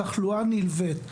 תחלואה נלווית,